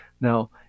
Now